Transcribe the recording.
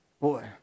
boy